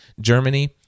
Germany